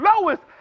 lowest